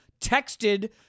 texted